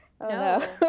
No